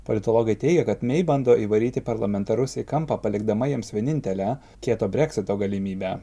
politologai teigia kad mei bando įvaryti parlamentarus į kampą palikdama jiems vienintelę kieto breksito galimybę